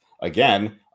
again